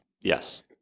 Yes